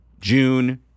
June